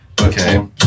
Okay